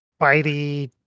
bitey